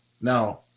Now